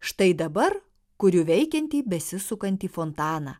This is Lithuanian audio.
štai dabar kuriu veikiantį besisukantį fontaną